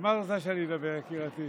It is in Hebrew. על מה את רוצה שאני אדבר, יקירתי?